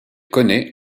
connaît